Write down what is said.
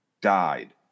died